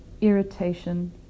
irritation